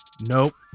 nope